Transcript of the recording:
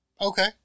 Okay